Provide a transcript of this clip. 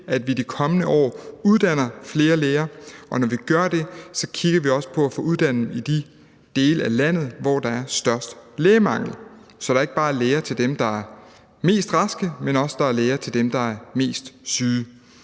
at vi i de kommende år uddanner flere læger, og at vi, når vi gør det, også kigger på at få dem uddannet i de dele af landet, hvor der er størst lægemangel, så der ikke bare er læger til dem, der er mest raske, men også læger til dem, der er mest syge.